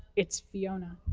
it's fiona.